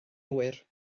hwyr